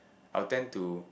I will tend to